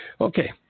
Okay